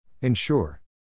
Ensure